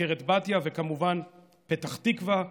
מזכרת בתיה וכמובן פתח תקווה,